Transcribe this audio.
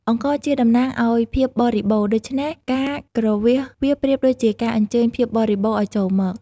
អង្ករជាតំណាងឲ្យភាពបរិបូរណ៍ ដូច្នេះការគ្រវាសវាប្រៀបដូចជាការអញ្ជើញភាពបរិបូរណ៍ឱ្យចូលមក។